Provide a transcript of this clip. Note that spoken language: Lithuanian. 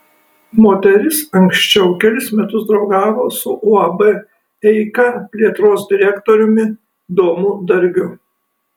moteris anksčiau kelis metus draugavo su uab eika plėtros direktoriumi domu dargiu